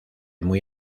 muy